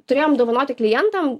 turėjom dovanoti klientam